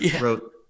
wrote –